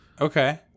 Okay